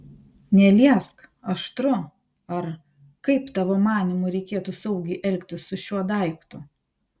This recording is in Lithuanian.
neliesk aštru ar kaip tavo manymu reikėtų saugiai elgtis su šiuo daiktu